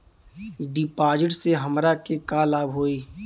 डिपाजिटसे हमरा के का लाभ होई?